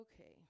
Okay